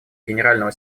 генерального